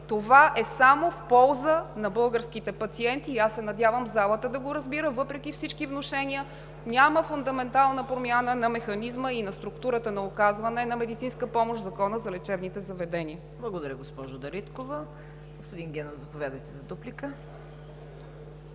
Това е само в полза на българските пациенти и аз се надявам залата да го разбира. Въпреки всички внушения няма фундаментална промяна на механизма и на структурата на оказване на медицинска помощ в Закона за лечебните заведения. ПРЕДСЕДАТЕЛ ЦВЕТА КАРАЯНЧЕВА: Благодаря, госпожо Дариткова. Господин Генов, заповядайте за дуплика.